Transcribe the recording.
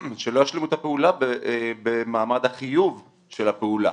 שלא ישלימו את הפעולה במעמד החיוב של הפעולה,